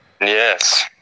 Yes